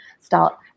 start